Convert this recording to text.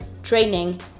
training